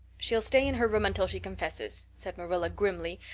she'll stay in her room until she confesses, said marilla grimly,